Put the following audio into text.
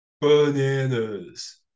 bananas